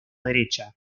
derecha